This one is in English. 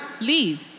Leave